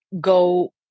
go